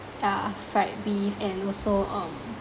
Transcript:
yeah fried beef and also um